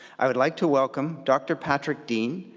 i would like to welcome dr. patrick deane,